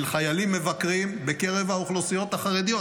של חיילים מבקרים בקרב האוכלוסיות החרדיות.